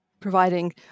providing